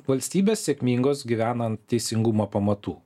valstybės sėkmingos gyvena ant teisingumo pamatų